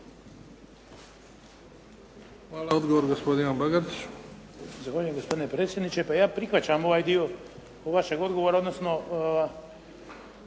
**Bagarić, Ivan (HDZ)** Zahvaljujem gospodine predsjedniče. Pa ja prihvaćam ovaj dio vašeg odgovora, odnosno